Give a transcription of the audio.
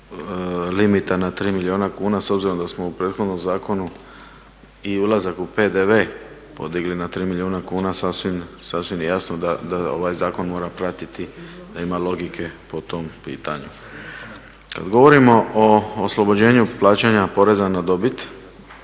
limita na 3 milijuna kuna s obzirom da smo u prethodnom zakonu i ulazak u PDV podigli na 3 milijuna kuna sasvim je jasno da ovaj zakon mora pratiti da ima logike po tom pitanju. Kada govorimo o oslobođenju plaćanja poreza na dobit